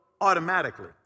automatically